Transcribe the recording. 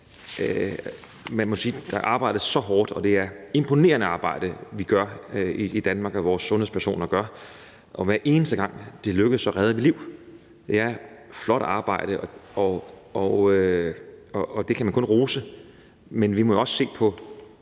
Man må sige, at der arbejdes så hårdt, og at det er et imponerende arbejde, vi gør i Danmark, og som vores sundhedspersoner gør. Og hver eneste gang det lykkes at redde et liv, er det flot arbejde, og det kan man kun rose. Men vi må også se på